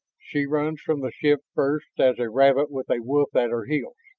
she runs from the ship first as a rabbit with a wolf at her heels.